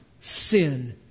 sin